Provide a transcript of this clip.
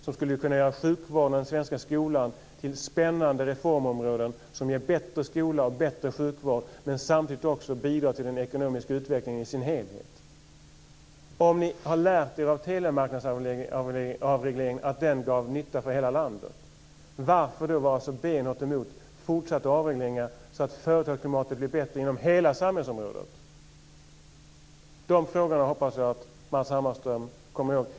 De skulle kunna göra sjukvården och den svenska skolan till spännande reformområden som ger bättre skola och bättre sjukvård och samtidigt också bidrar till den ekonomiska utvecklingen i dess helhet. Om ni har sett att avregleringen av telemarknaden var till nytta för hela landet, varför är ni då så benhårt emot fortsatta avregleringar? Företagsklimatet inom hela samhällsområdet skulle bli bättre med fortsatta avregleringar. Jag hoppas att Matz Hammarström kommer ihåg de här frågorna.